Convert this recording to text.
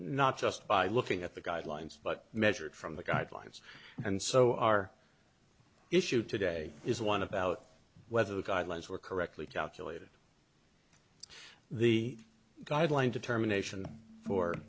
not just by looking at the guidelines but measured from the guidelines and so our issue today is one of about whether the guidelines were correctly calculated the guideline determination for